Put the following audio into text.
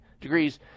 degrees